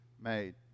made